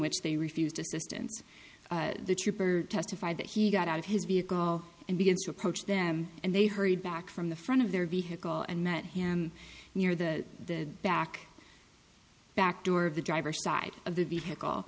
which they refused assistance the trooper testified that he got out of his vehicle and begins to approach them and they hurried back from the front of their vehicle and met him near the back back door of the driver side of the vehicle